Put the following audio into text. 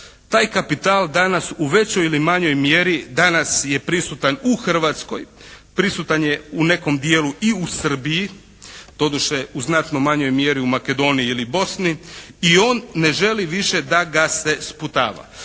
Taj kapital danas u većoj ili manjoj mjeri danas je prisutan u Hrvatskoj, prisutan je u nekom dijelu i u Srbiji, doduše u znatno manjoj mjeri u Makedoniji ili Bosni i on ne želi više da ga se sputava.